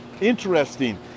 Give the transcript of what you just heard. Interesting